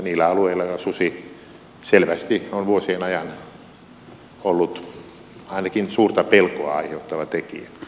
niillä alueilla susi on selvästi vuosien ajan ollut ainakin suurta pelkoa aiheuttava tekijä